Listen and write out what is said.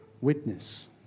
witness